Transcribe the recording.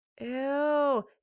Ew